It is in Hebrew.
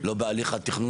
שלא נעשה בהם שימוש,